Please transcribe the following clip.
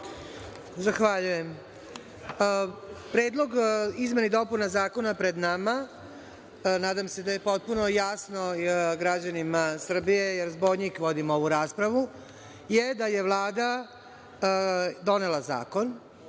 Zahvaljujem. Predlog izmena i dopuna Zakona pred nama, nadam se da je potpuno jasno građanima Srbije, jer zbog njih vodimo ovu raspravu, je da je Vlada donela Zakon